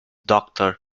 doctor